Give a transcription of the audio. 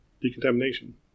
decontamination